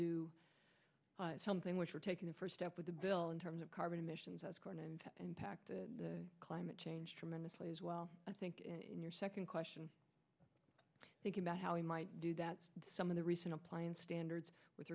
do something which we're taking the first step with the bill in terms of carbon emissions and impact the climate change tremendously as well i think in your second question think about how we might do that some of the recent appliance standards with